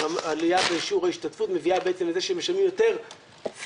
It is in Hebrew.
עלייה בשיעור ההשתתפות מביאה בעצם לזה שמשלמים יותר שכר,